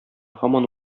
һаман